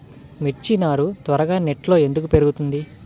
మిర్చి నారు త్వరగా నెట్లో ఎందుకు పెరుగుతుంది?